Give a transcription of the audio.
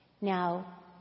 Now